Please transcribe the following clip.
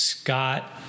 Scott